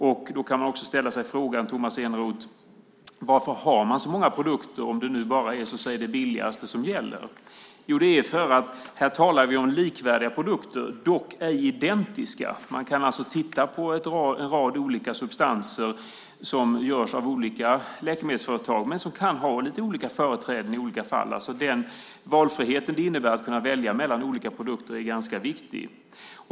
Varför har man så många produkter, Tomas Eneroth, om det bara är det billigaste som gäller? Jo, för att vi talar om likvärdiga produkter som dock inte är identiska. Man kan titta på en rad olika substanser som görs av olika läkemedelsföretag men som kan ha lite olika företräden i olika fall. Den valfrihet det innebär att kunna välja mellan olika produkter är ganska viktig.